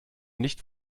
nicht